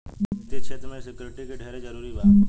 वित्तीय क्षेत्र में सिक्योरिटी के ढेरे जरूरी बा